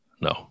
No